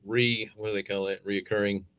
re, what do they call it? reoccurring?